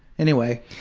anyway.